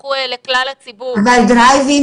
שנפתחו לכלל הציבור --- אבל לדרייב-אין